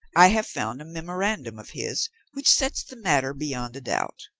i have found a memorandum of his which sets the matter beyond a doubt.